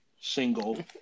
single